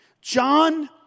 John